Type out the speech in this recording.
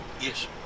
yes